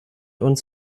ons